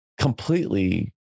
completely